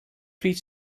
pryd